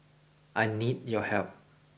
I need your help